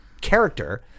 character